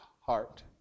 heart